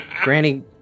granny